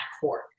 court